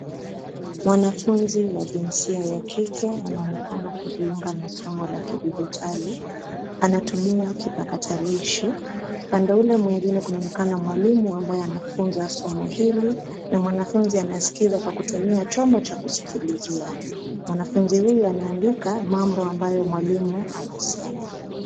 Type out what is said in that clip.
Mwanafunzi wa jinsia ya kike anaonekana kujiunga na somo la kidijitali. Anatumia kipakatalishi. Upande ule mwingine kunaonekana mwalimu ambaye anafunza somo hili, na mwanafunzi anasikiza kwa kutumia chombo cha kusikilizia. Mwanafunzi huyu anaandika mambo ambayo mwalimu anasema.